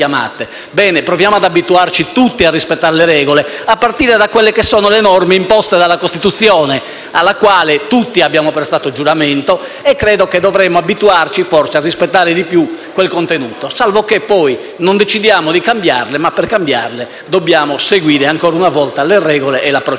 Bene, proviamo ad abituarci tutti a rispettare le regole, a partire dalle norme imposte dalla Costituzione, alla quale tutti abbiamo prestato giuramento. Dovremmo abituarci, forse, a rispettare di più quel contenuto, salvo che poi non decidiamo di cambiarlo, ma per farlo dobbiamo seguire ancora una volta le regole e la procedura.